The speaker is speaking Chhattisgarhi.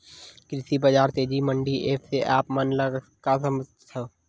कृषि बजार तेजी मंडी एप्प से आप मन का समझथव?